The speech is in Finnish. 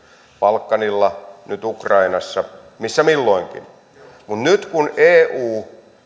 balkanilla nyt ukrainassa missä milloinkin nyt kun eu